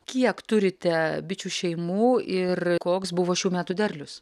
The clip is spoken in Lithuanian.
kiek turite bičių šeimų ir koks buvo šių metų derlius